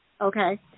Okay